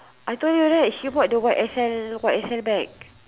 I told you right she bought the Y_S_L Y_S_L bag